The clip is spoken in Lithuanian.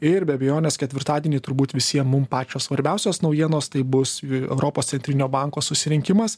ir be abejonės ketvirtadienį turbūt visiems mum pačios svarbiausios naujienos tai bus europos centrinio banko susirinkimas